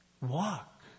walk